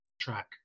track